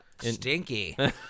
Stinky